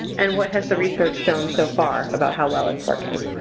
and what has the research shown so far about how well it's working.